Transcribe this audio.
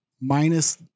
minus